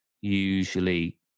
usually